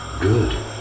Good